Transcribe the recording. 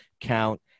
count